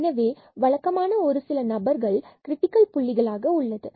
எனவே வழக்கமாக ஒரு சில நபர்கள் கிரிடிகல் புள்ளிகளாக உள்ளன